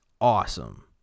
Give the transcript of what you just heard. awesome